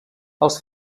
els